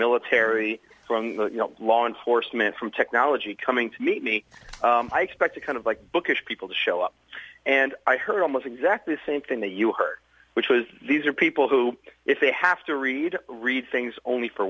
military from law enforcement from technology coming to meet me i expect to kind of like bookish people to show up and i heard almost exactly the same thing that you heard which was these are people who if they have to read read things only for